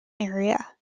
area